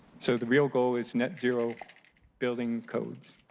so the real goal is net zero building codes.